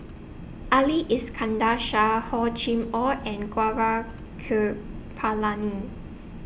Ali Iskandar Shah Hor Chim Or and Gaurav Kripalani